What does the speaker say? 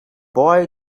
boy